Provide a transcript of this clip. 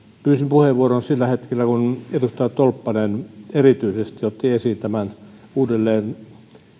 pyysin puheenvuoron sillä hetkellä kun edustaja tolppanen erityisesti otti esiin uudelleen